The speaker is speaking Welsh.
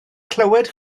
clywed